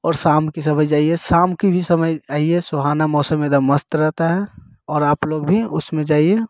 और शाम के समय जाइए शाम के समय भी जाएं सुहाना मौसम एकदम मस्त रहता है और आप लोग भी उसमें जाएं